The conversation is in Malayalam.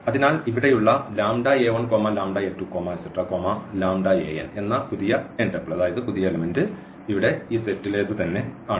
അതിനാൽ ഇവിടെയുള്ള എന്ന പുതിയ എലമെന്റ് ഇവിടെ ഈ സെറ്റിലേതു തന്നെയാണ്